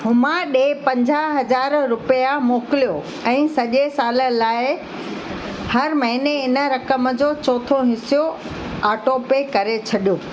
हुमा ॾे पंजाह हज़ार रुपया मोकिलियो ऐं सॼे साल लाइ हर महिने इन रक़म जो चोथों हिसो आटोपे करे छॾो